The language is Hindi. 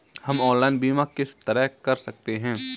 हम ऑनलाइन बीमा किस तरह कर सकते हैं?